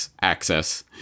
Access